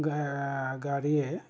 গাড়ীয়ে